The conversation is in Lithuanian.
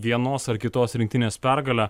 vienos ar kitos rinktinės pergalę